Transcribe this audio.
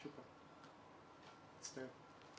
שוב פעם, מצטער.